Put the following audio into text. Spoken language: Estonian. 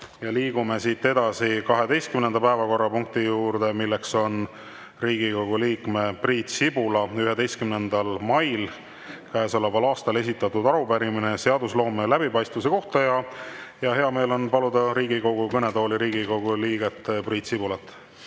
Liigume siit 12. päevakorrapunkti juurde. See on Riigikogu liikme Priit Sibula 11. mail käesoleval aastal esitatud arupärimine seadusloome läbipaistvuse kohta. Hea meel on paluda Riigikogu kõnetooli Riigikogu liige Priit Sibul.